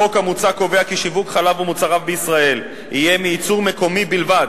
החוק המוצע קובע כי שיווק חלב ומוצריו בישראל יהיה מייצור מקומי בלבד,